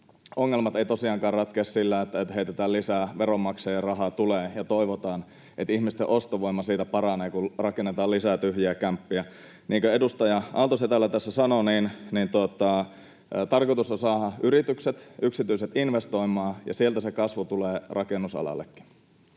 Ongelmat eivät tosiaankaan ratkea sillä, että heitetään lisää veronmaksajien rahaa tuleen ja toivotaan, että ihmisten ostovoima siitä paranee, kun rakennetaan lisää tyhjiä kämppiä. Niin kuin edustaja Aalto-Setälä tässä sanoi, tarkoitus on saada yritykset, yksityiset investoimaan. Sieltä se kasvu tulee rakennusalallekin.